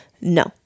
No